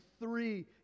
three